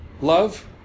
Love